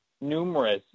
numerous